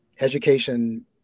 education